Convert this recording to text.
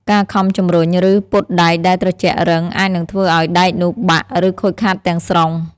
ការខំជម្រុញ ឬពត់ដែកដែលត្រជាក់រឹង អាចនឹងធ្វើឱ្យដែកនោះបាក់ ឬខូចខាតទាំងស្រុង។